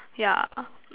yeah